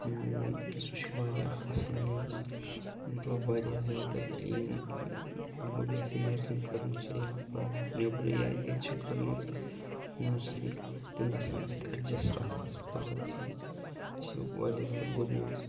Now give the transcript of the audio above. سُہ چھُ واریاہ اَکھ اصٕل نِوٕز مطلب واریاہ زیادٕ یِم یِمو بی ایٚس سی نٔرسِنٛگ کٔرمٕژ چھِ یا پرٛایویٹ نیٚبرٕ یا ییٚتہِ چھیٚکھ کٔرمٕژ نٔرسِنٛگ تِم گَژھیٚن اَتہِ ایٚڈجیٚسٹہٕ اَتھ ہَسپَتالَس منٛز یہِ چھِ واریاہ زیادٕ گُڈ نِوٕز